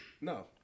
No